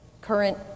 current